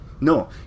No